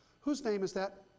whose name is that?